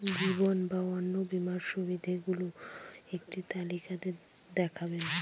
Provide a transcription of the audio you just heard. জীবন বা অন্ন বীমার সুবিধে গুলো একটি তালিকা তে দেখাবেন?